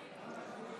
נגד